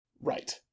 Right